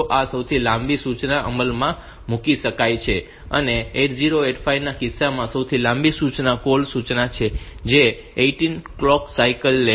તો આ સૌથી લાંબી સૂચના અમલમાં મૂકી શકાય છે અને 8085ના કિસ્સામાં સૌથી લાંબી સૂચના કોલ સૂચના છે જે 18 ક્લોક સાઇકલ લે છે